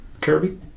Kirby